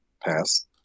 Pass